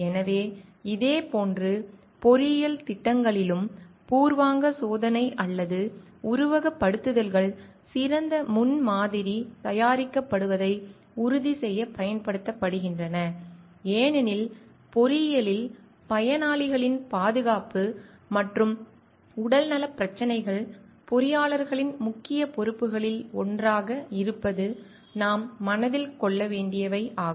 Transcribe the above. எனவே இதேபோன்று பொறியியல் திட்டங்களிலும் பூர்வாங்க சோதனை அல்லது உருவகப்படுத்துதல்கள் சிறந்த முன்மாதிரி தயாரிக்கப்படுவதை உறுதிசெய்ய நடத்தப்படுகின்றன ஏனெனில் பொறியியலில் பயனாளிகளின் பாதுகாப்பு மற்றும் உடல்நலப் பிரச்சினைகள் பொறியாளர்களின் முக்கியப் பொறுப்புகளில் ஒன்றாக இருப்பது நாம் மனதில் கொள்ள வேண்டியவை ஆகும்